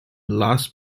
los